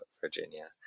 Virginia